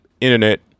internet